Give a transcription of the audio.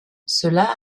cela